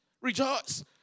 Rejoice